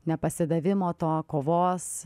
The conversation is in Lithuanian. nepasidavimo to kovos